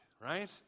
right